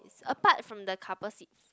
it's apart from the couple seats